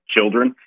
children